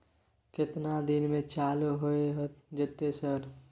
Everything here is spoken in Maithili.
केतना दिन में चालू होय जेतै सर?